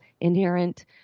inherent